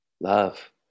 love